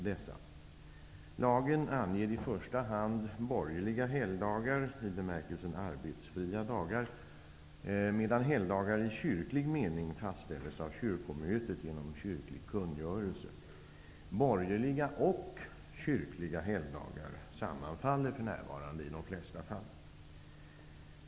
I Lagen anger i första hand borgerliga helgdagar i bemärkelsen arbetsfria dagar, medan helgdagar i kyrklig mening fastställs av kyrkomötet genom kyrklig kungörelse. Borgerliga och kyrkliga helgdagar sammanfaller för närvarande i de flesta fall.